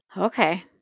Okay